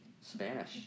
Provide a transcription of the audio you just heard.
Spanish